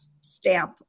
stamp